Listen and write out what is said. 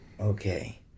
Okay